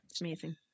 amazing